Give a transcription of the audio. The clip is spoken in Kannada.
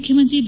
ಮುಖ್ಯಮಂತ್ರಿ ಬಿ